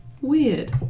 Weird